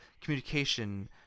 communication